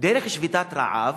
דרך שביתת רעב,